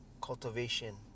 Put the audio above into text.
cultivation